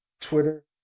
Twitter